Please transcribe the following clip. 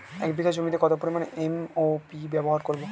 এক বিঘা জমিতে কত পরিমান এম.ও.পি ব্যবহার করব?